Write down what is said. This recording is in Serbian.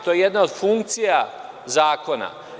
To je jedna od funkcija zakona.